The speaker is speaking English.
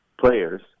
players